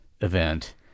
event